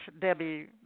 Debbie